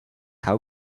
how